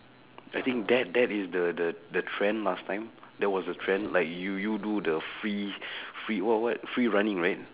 I think that that is the the the trend last time there was a trend like you you do the free free what what free running right